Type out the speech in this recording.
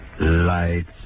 Lights